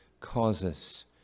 causes